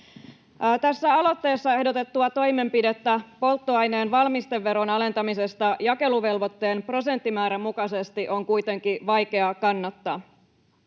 Tässä aloitteessa ehdotettua toimenpidettä polttoaineen valmisteveron alentamisesta jakeluvelvoitteen prosenttimäärän mukaisesti on kuitenkin vaikea kannattaa.